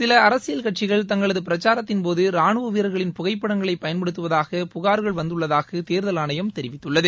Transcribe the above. சில அரசியல் கட்சிகள் தங்களது பிரச்சாரத்தின் போது ரானுவ வீரர்களின் புகைப்படங்களை பயன்படுத்துவதாக புகார்கள் வந்துள்ளதாக தோதல் ஆணையம் தெரிவித்துள்ளது